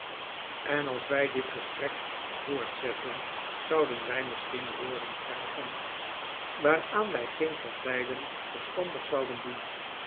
en als wij dit gesprek voortzetten zouden wij misschien woorden krijgen waaraan wij geen van beiden verstandig zouden doen